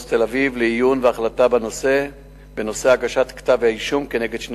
תל-אביב לעיון והחלטה בנושא הגשת כתב-האישום כנגד שני